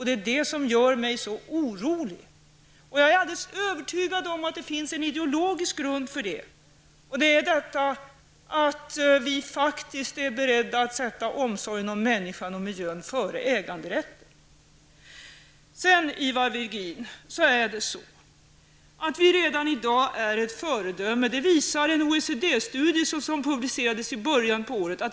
Det är det som gör mig så orolig. Jag är alldeles övertygad om att det finns en ideologisk grund för detta. Vi är beredda att sätta omsorgen om människan och miljön före äganderätten. Att vi redan i dag är ett föredöme, Ivar Virgin, visar en OECD-studie som publicerades i början av året.